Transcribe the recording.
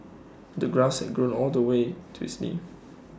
the grass had grown all the way to his knees